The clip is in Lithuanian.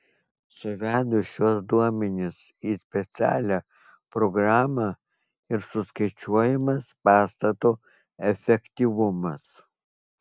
suvedus šiuos duomenis į specialią programą ir suskaičiuojamas pastato efektyvumas